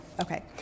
okay